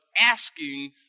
asking